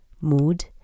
mood